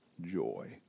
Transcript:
joy